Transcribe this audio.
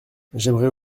j’aimerais